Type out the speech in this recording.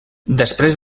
després